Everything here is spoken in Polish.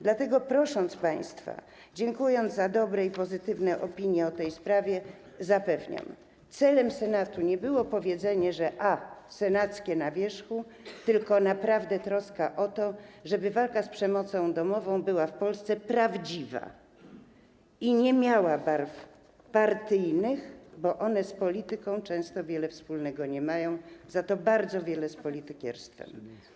Dlatego dziękując państwu za dobre i pozytywne opinie o tej sprawie, zapewniam, że celem Senatu nie było powiedzenie, że senackie ma być na wierzchu, tylko troska o to, żeby walka z przemocą domową była w Polsce prawdziwa i nie miała barw partyjnych, bo to z polityką często wiele wspólnego nie mają, za to bardzo wiele - z politykierstwem.